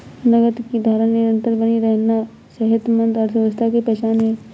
नकद की धारा निरंतर बनी रहना सेहतमंद अर्थव्यवस्था की पहचान है